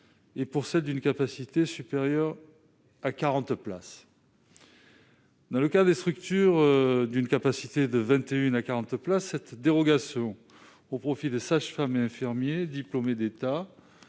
et pour celles d'une capacité supérieure à 40 places. Dans le cas des structures d'une capacité de 21 à 40 places, cette dérogation au profit des sages-femmes ou des infirmiers diplômés d'État